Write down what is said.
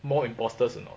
more impostors or not